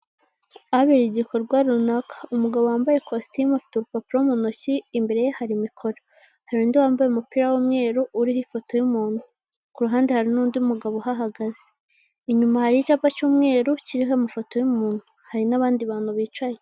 Ahabereye igikorwa runaka, umugabo wambaye ikositimu afite urupapuro mu ntoki imbere ye hari mikoro, hari undi wambaye umupira w'umweru uriho ifoto y'umuntu, ku ruhande hari n'undi mugabo uhagaze, inyuma hari icyapa cy'umweru kiriho amafoto y'umuntu, hari n'abandi bantu bicaye.